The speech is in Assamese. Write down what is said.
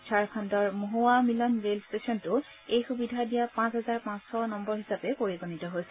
ঝাৰখণ্ডৰ মছৱামিলন ৰেল টেচনটো এই সুবিধা দিয়া পাঁচ হাজাৰ পাঁচশ নম্বৰ হিচাপে পৰিগণিত হৈছে